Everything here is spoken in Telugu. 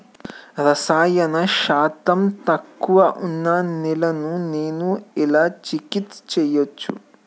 రసాయన శాతం తక్కువ ఉన్న నేలను నేను ఎలా చికిత్స చేయచ్చు?